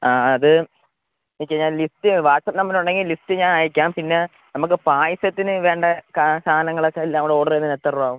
ആ അത് നിൽക്ക് ഞാൻ ലിസ്റ്റ് വാട്ട്സ്ആപ്പ് നമ്പർ ഉണ്ടെങ്കിൽ ലിസ്റ്റ് ഞാൻ അയയ്ക്കാം പിന്നെ നമുക്ക് പായസത്തിന് വേണ്ട കാ സാധനങ്ങളൊക്കെ എല്ലാം കൂടെ ഓർഡർ ചെയ്യുന്നതിന് എത്ര രൂപ ആവും